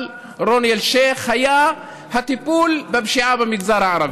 רוני אלשיך הייתה הטיפול בפשיעה במגזר הערבי.